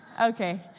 Okay